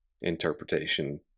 interpretation